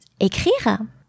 écrire